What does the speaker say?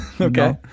Okay